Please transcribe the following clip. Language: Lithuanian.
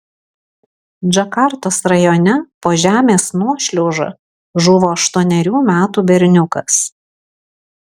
džakartos rajone po žemės nuošliauža žuvo aštuonerių metų berniukas